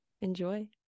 enjoy